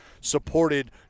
supported